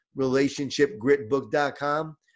relationshipgritbook.com